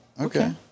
Okay